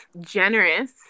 Generous